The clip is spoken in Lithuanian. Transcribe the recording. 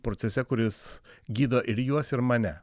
procese kuris gydo ir juos ir mane